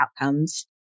outcomes